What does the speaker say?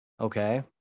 okay